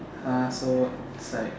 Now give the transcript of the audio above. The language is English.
!huh! so it's like